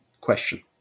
question